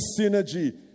synergy